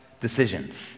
decisions